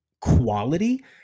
quality